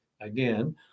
again